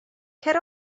cer